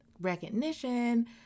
recognition